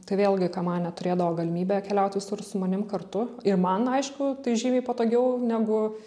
tai vėlgi kamanė turėdavo galimybę keliaut visur su manim kartu ir man aišku tai žymiai patogiau negu